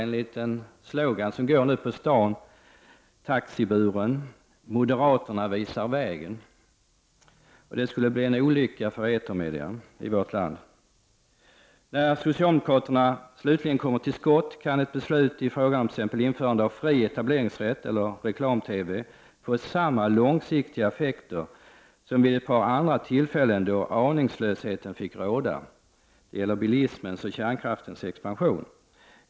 En liten taxiburen slogan ute på stan: Moderaterna visar vägen. Det skulle bli en olycka för etermedia i vårt land. När socialdemokraterna slutligen kommer till skott kan ett beslut om införande av fri etableringsrätt eller reklam-TV få samma långsiktiga effekter som beslut som fattats vid ett par andra tillfällen då aningslösheten fick råda. Det gäller bilismens och kärnkraftens expansion.